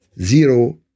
zero